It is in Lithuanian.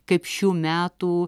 kaip šių metų